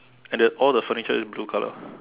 and the all the furniture is blue colour